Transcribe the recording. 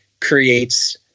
creates